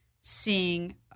seeing